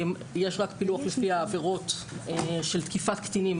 יש רק פילוח לפי העבירות של תקיפת קטינים,